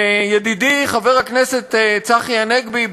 ידידי חבר הכנסת צחי הנגבי,